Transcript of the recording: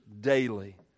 daily